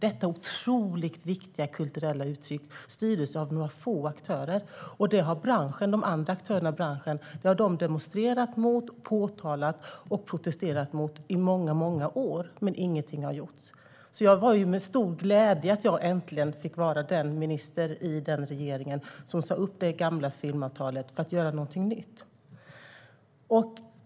Detta otroligt viktiga kulturella uttryck styrdes av några få aktörer. Det har de andra aktörerna i branschen protesterat mot och påtalat i många år. Men ingenting har gjorts. Det är en stor glädje för mig att vara den ministern i den regeringen som äntligen får säga upp det gamla filmavtalet för att göra något nytt.